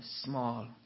small